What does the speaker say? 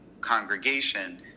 congregation